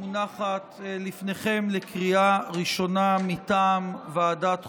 מונחת לפניכם לקריאה ראשונה מטעם ועדת החוקה,